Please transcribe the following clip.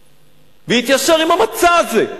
"כיבוש" והוא התיישר עם המצע הזה.